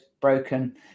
broken